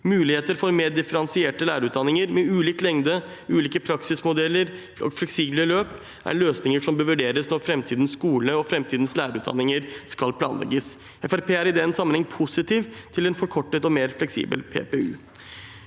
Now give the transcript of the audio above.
Muligheter for mer differensierte lærerutdanninger med ulik lengde, ulike praksismodeller og fleksible løp er løsninger som bør vurderes når framtidens skole og framtidens lærerutdanninger skal planlegges. Fremskrittspartiet er i den sammenheng positiv til en forkortet og mer fleksibel PPU.